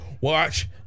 Watch